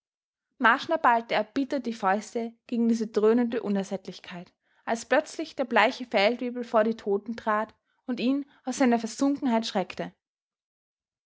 marschner ballte erbittert die fäuste gegen diese dröhnende unersättlichkeit als plötzlich der bleiche feldwebel vor die toten trat und ihn aus seiner versunkenheit schreckte